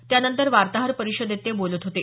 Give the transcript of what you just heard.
त्यानंतर वार्ताहर परिषदेत ते बोलत होते